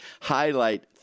highlight